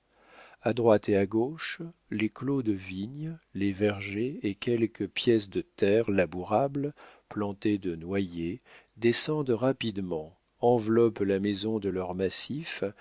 a droite et à gauche les clos de vignes les vergers et quelques pièces de terres labourables plantées de noyers descendent rapidement enveloppent la maison de leurs massifs